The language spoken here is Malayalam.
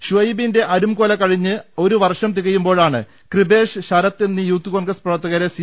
ഷുഹൈബിന്റെ അരും കൊല കഴിഞ്ഞ് ഒരു വർഷം തികയുമ്പോഴാ ണ് കൃപേഷ് ശരത് എന്നീ യൂത്ത് കോൺഗ്രസ് പ്രവർത്തകരെ സി